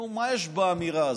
נו, מה יש באמירה הזאת?